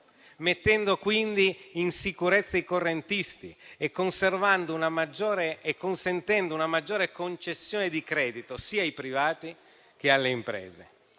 mettendo quindi in sicurezza i correntisti e consentendo una maggiore concessione di credito sia ai privati sia alle imprese.